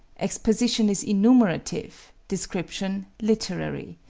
exposition is enumerative, description literary.